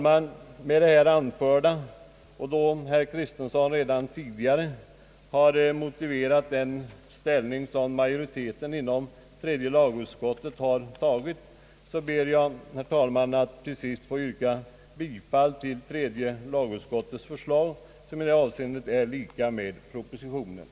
Med det anförda och då herr Kristiansson redan tidigare motiverat den ståndpunkt som tredje lagutskottets majoritet intagit ber jag, her talman, att få yrka bifall till tredje lagutskottets förslag i detta ärende, ett förslag som överensstämmer med propositionens.